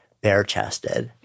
bare-chested